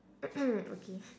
okay